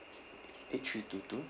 eight three two two